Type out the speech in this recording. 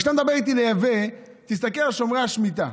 כשאתה מדבר איתי על לייבא, תסתכל על שומרי השמיטה,